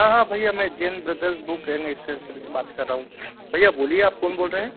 हाँ हाँ भैया मैं Jain brother book and stationery से बात कर रहा हूँ भैया बोलिए आप कौन बोल रहे हैं